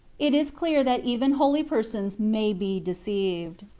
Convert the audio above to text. it is clear that even holy persons may be deceived.